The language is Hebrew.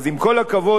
אז עם כל הכבוד,